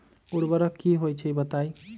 उर्वरक की होई छई बताई?